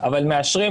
אבל מאשרים,